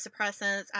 suppressants